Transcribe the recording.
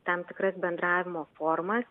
tam tikras bendravimo formas